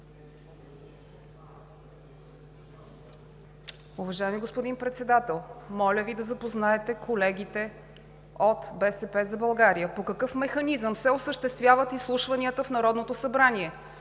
Уважаеми господин Председател, моля Ви да запознаете колегите от „БСП за България“ по какъв механизъм се осъществяват изслушванията в Народното събрание.